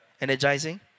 energizing